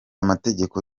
amategeko